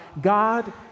God